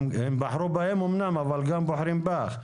הם בחרו בהם אומנם, אבל בוחרים גם בך.